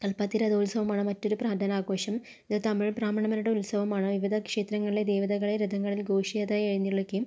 കൽപ്പാത്തി രഥോത്സവമാണ് മറ്റൊരു പ്രധാന ആഘോഷം ഇത് തമിഴ് ബ്രാഹ്മണന്മാരുടെ ഉത്സവമാണ് വിവിധ ക്ഷേത്രങ്ങളിലെ ദേവതകളെ രഥങ്ങളിൽ ഘോഷയാത്രയായി എഴുന്നള്ളിക്കും